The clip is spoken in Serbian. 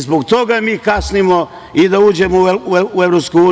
Zbog toga mi kasnimo i da uđemo u EU.